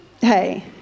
Hey